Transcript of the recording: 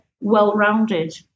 well-rounded